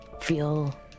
feel